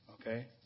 Okay